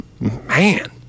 man